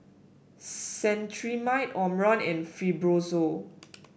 Cetrimide Omron and Fibrosol